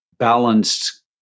balanced